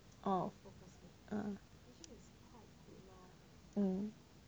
orh uh um